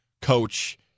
Coach